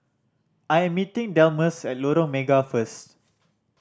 I am meeting Delmus at Lorong Mega first